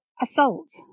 assault